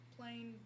Plain